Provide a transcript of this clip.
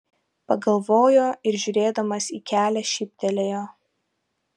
pagalvojo ir žiūrėdamas į kelią šyptelėjo